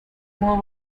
more